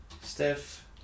Steph